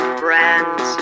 friends